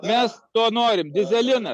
mes to norim dyzelinas